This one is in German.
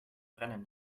brennen